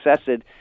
assessed